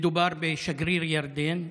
מדובר בשגריר ירדן.